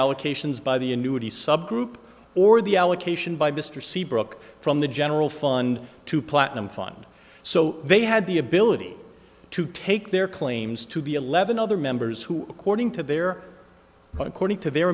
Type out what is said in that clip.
allocations by the annuity subgroup or the allocation by mr seabrook from the general fund to platinum fund so they had the ability to take their claims to the eleven other members who according to their according to their